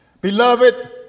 Beloved